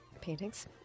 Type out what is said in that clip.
paintings